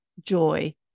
joy